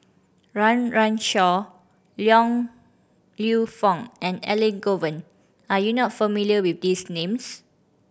Run Run Shaw Yong Lew Foong and Elangovan are you not familiar with these names